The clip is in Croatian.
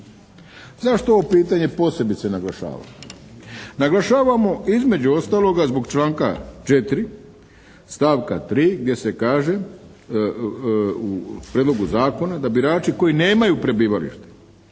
Zašto ovo pitanje posebice naglašavam? Naglašavamo između ostaloga zbog članka 4. stavka 3. gdje se kaže u prijedlogu zakona da birači koji nemaju prebivalište